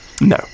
No